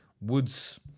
Woods